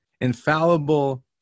infallible